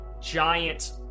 giant